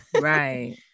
Right